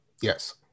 Yes